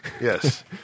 Yes